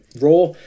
Raw